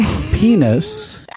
penis